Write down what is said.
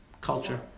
culture